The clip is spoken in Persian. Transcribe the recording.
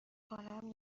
کنم